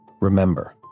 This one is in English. Remember